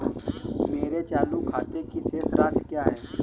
मेरे चालू खाते की शेष राशि क्या है?